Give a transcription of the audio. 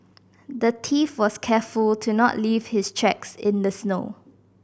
the thief was careful to not leave his tracks in the snow